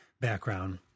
background